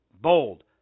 bold